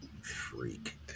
Freak